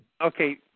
okay